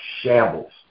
shambles